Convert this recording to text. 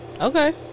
Okay